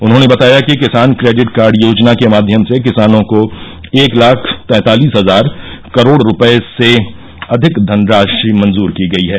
उन्होंने बताया कि किसान क्रेडिट कार्ड योजना के माध्यम से किसानों को एक लाख तँतालिस हजार करोड रुपये से अधिक धनराशि मंजूर की गई हैं